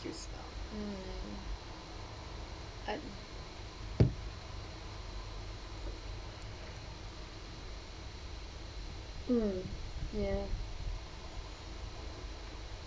you smile hmm ya